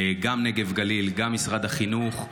גם נגב גליל, גם משרד החינוך,